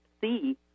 see